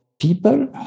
people